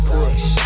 Push